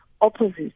opposites